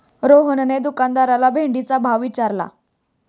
रोहनने दुकानदाराला भेंडीचा भाव विचारला